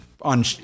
on